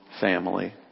family